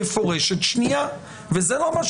לכן הלכנו